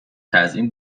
تزیین